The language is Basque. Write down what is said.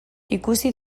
ikusi